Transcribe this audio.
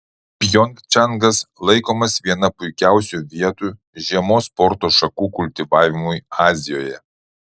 pjongčangas laikomas viena puikiausių vietų žiemos sporto šakų kultivavimui azijoje